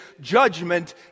judgment